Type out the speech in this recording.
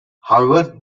however